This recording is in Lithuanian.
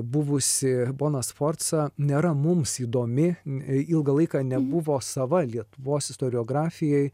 buvusi bona sforca nėra mums įdomi ilgą laiką nebuvo sava lietuvos istoriografijai